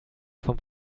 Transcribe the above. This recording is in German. vom